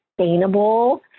sustainable